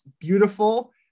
beautiful